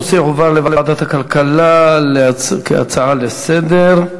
הנושא יועבר לוועדת הכלכלה כהצעה לסדר-היום.